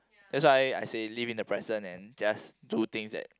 that's why I say live in the present and just do things that